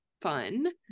fun